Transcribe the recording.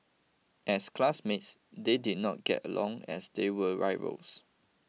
as classmates they did not get along as they were rivals